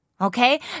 Okay